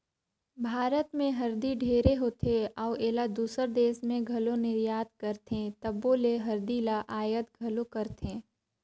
भारत में हरदी ढेरे होथे अउ एला दूसर देस में घलो निरयात करथे तबो ले हरदी ल अयात घलो करथें